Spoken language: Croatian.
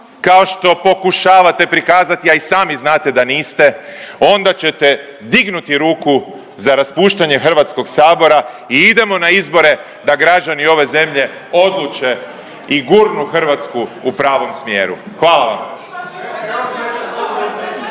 kao što pokušavate prikazati, a i sami znate da niste onda ćete dignuti ruku za raspuštanje Hrvatskog sabora i idemo na izbore da građani ove zemlje odluče i gurnu Hrvatsku u pravom smjeru. Hvala vam.